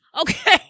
Okay